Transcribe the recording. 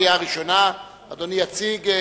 אדוני יציג.